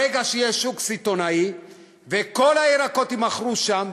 ברגע שיהיה שוק סיטונאי וכל הירקות יימכרו שם,